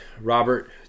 Robert